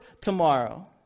tomorrow